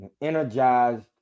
energized